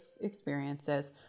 experiences